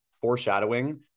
foreshadowing